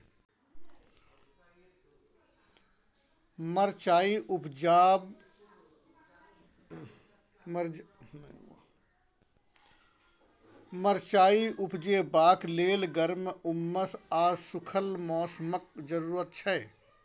मरचाइ उपजेबाक लेल गर्म, उम्मस आ सुखल मौसमक जरुरत छै